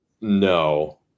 No